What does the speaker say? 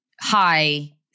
hi